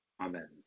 Amen